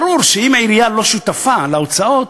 ברור שאם העירייה לא שותפה להוצאות,